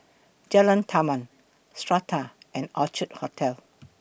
Jalan Taman Strata and Orchid Hotel